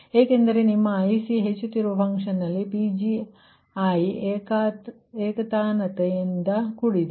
ಏಕೆಂದರೆ ನಿಮ್ಮ IC ಹೆಚ್ಚುತ್ತಿರುವ ಫನ್ಕ್ಷನ್ ನಲ್ಲಿ Pgi ಏಕತಾನತೆಯಿಂದ ಕೂಡಿದೆ